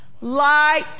light